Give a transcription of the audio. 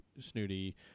snooty